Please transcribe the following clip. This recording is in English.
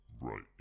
Right